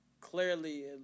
clearly